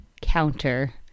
counter